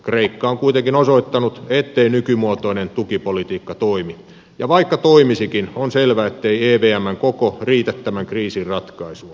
kreikka on kuitenkin osoittanut ettei nykymuotoinen tukipolitiikka toimi ja vaikka toimisikin on selvää ettei evmn koko riitä tämän kriisin ratkaisuun